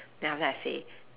then after that I say